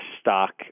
stock